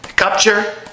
Capture